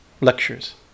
lectures